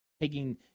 taking